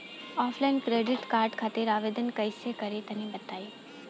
Offline credit card खातिर आवेदन कइसे करि तनि बताई?